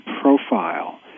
profile